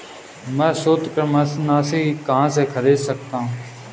मैं सूत्रकृमिनाशी कहाँ से खरीद सकता हूँ?